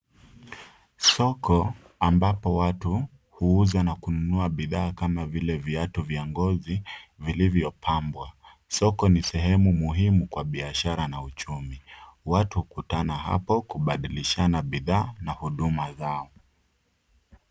Soko ambapo watu huuza na kununua bidhaa kama vile viatu vya ngozi, vilivyopambwa. Soko ni sehemu muhimu kwa biashara na uchumi. Watu hukutana hapo kubadilishana bidhaa na huduma zao.